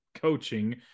coaching